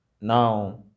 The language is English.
Now